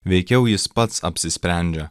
veikiau jis pats apsisprendžia